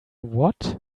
what